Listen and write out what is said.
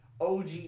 OG